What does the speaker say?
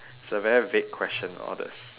it's a very vague question all this